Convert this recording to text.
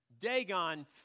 Dagon